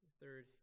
Third